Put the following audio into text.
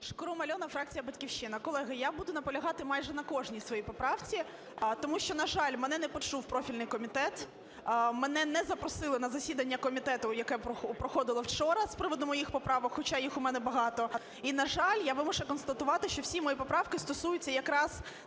Шкрум Альона, фракція "Батьківщина". Колеги, я буду наполягати майже на кожній своїй поправці. Тому що, на жаль, мене не почув профільний комітет, мене не запросили на засідання комітету, яке проходило вчора з приводу моїх поправок, хоча їх у мене багато. І, на жаль, я вимушена констатувати, що всі мої поправки стосуються якраз